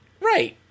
Right